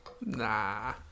Nah